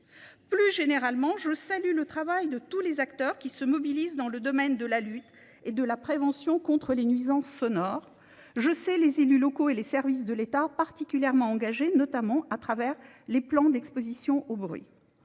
Plus généralement, je salue le travail de tous les acteurs qui se mobilisent dans le domaine de la lutte et de la prévention contre les nuisances sonores. Je sais les élus locaux et les services de l'Etat particulièrement engagés, notamment à travers les plans d'exposition au bruit.